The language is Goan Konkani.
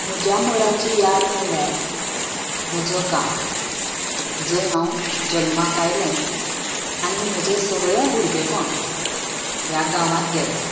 म्हज्या मुळांची याद म्हळ्यार म्हजो गांव जंय हांव जल्माक आयले आनी म्हजे सगळें भुरगेंपण ह्या गावांत गेलें